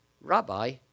Rabbi